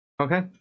okay